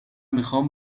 میخام